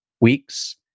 weeks